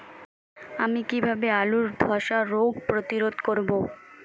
আমি কিভাবে আলুর ধ্বসা রোগ প্রতিরোধ করব?